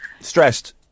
Stressed